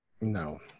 No